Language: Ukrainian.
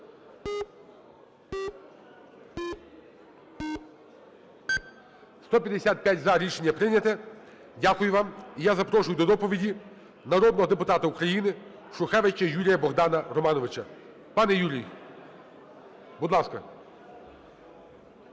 За-155 Рішення прийнято. Дякую вам. І я запрошую до доповіді народного депутата України Шухевича Юрія-Богдана Романовича. Пане Юрій, будь ласка.